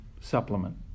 supplement